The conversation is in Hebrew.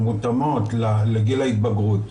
שמתואמות לגיל ההתבגרות.